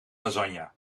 lasagne